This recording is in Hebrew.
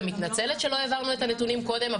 ומתנצלת שלא העברנו את הנתונים קודם,